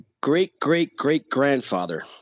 great-great-great-grandfather